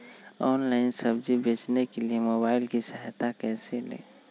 Online सब्जी बेचने के लिए मोबाईल की सहायता कैसे ले?